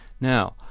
Now